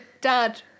dad